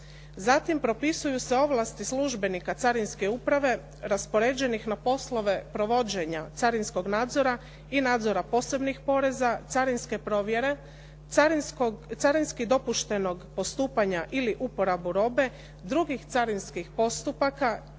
Zatim propisuju se ovlasti službenika carinske uprave, raspoređenih na poslove provođenja carinskog nadzora i nadzora posebnih poreza, carinske provjere, carinski dopuštenog postupanja ili uporabu robe, drugih carinskih postupaka,